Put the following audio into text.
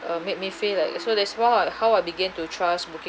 uh made me feel like so that's why how I began to trust booking